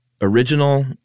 original